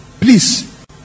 please